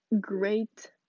great